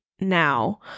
Now